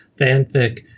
fanfic